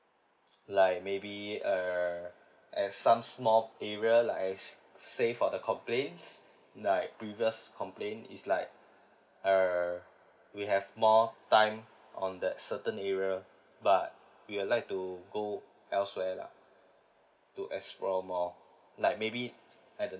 like maybe err at some small area like I s~ say for the complaints like previous complaint it's like err we have more time on that certain area but we would like to go elsewhere lah to explore more like maybe at the